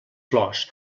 flors